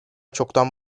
çoktan